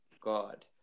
God